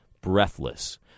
breathless